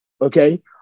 okay